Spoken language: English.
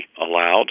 allowed